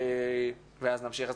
ואז נמשיך.